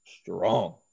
strong